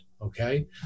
okay